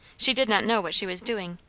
she did not know what she was doing,